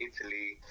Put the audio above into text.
Italy